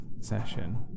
session